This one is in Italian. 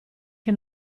che